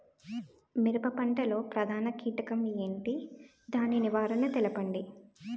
మిరప పంట లో ప్రధాన కీటకం ఏంటి? దాని నివారణ తెలపండి?